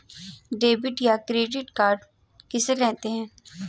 Debit या credit card किसे कहते हैं?